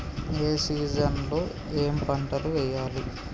ఏ season లో ఏం పంటలు వెయ్యాలి?